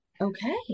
Okay